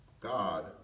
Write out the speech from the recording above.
God